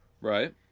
Right